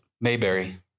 Mayberry